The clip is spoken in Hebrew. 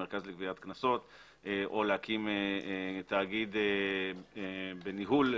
למרכז לגביית קנסות או להקים תאגיד בניהול